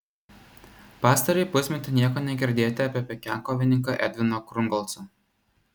pastarąjį pusmetį nieko negirdėti apie penkiakovininką edviną krungolcą